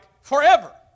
forever